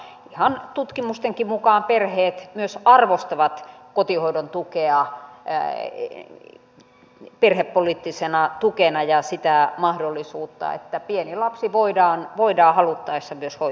ja ihan tutkimustenkin mukaan perheet myös arvostavat kotihoidon tukea perhepoliittisena tukena ja sitä mahdollisuutta että pieni lapsi voidaan haluttaessa hoitaa myös kotona